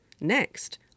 Next